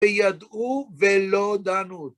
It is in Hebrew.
וידעו ולא דנו...